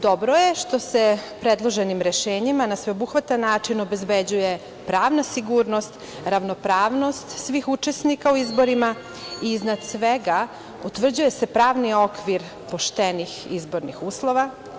Dobro je što se predloženim rešenjima na sveobuhvatan način obezbeđuje pravna sigurnost, ravnopravnost svih učesnika u izborima i iznad svega utvrđuje se pravni okvir poštenih izbornih uslova.